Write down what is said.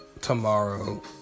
tomorrow